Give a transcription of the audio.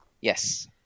Yes